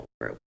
group